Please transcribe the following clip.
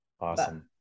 Awesome